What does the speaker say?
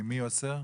מי אוסר?